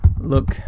Look